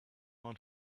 man